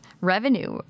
revenue